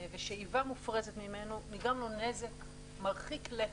ושאיבה מופרזת ממנו נגרם לו נזק מרחיק לכת.